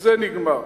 זה נגמר,